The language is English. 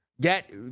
get